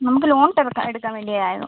നമുക്ക് ലോൺ ഇട്ട് എടു എടുക്കാൻ വേണ്ടിയായിരുന്നു